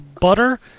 butter